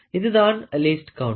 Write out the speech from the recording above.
இதுதான் லீஸ்ட்கவுண்ட்